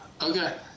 Okay